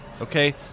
Okay